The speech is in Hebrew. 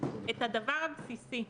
את הדבר הבסיסי: